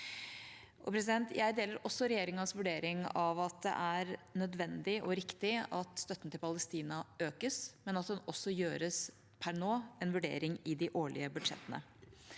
Jeg deler også regjeringas vurdering av at det er nødvendig og riktig at støtten til Palestina økes, men også at det per nå gjøres en vurdering i de årlige budsjettene.